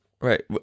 Right